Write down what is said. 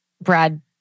Brad